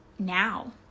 now